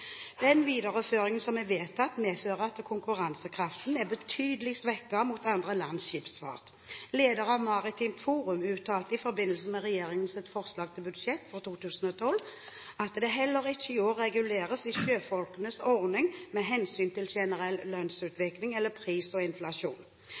Den videreføringen som er vedtatt, medfører at konkurransekraften er betydelig svekket mot andre lands skipsfart. Leder av Maritimt Forum uttalte i forbindelse med regjeringens forslag til statsbudsjett for 2012 at heller ikke i år reguleres «sjøfolkenes ordning med hensyn til generell